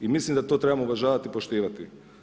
I mislim da to trebamo uvažavati i poštovati.